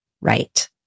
right